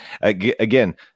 again